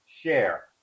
share